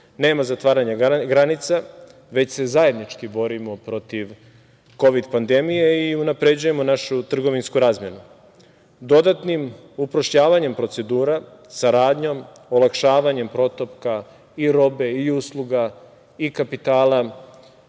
Nema zatvaranja granica, već se zajednički borimo protiv kovid pandemije i unapređujemo našu trgovinsku razmenu. Dodatnim uprošćavanjem procedura, saradnjom, olakšavanjem protoka robe, usluga i kapitala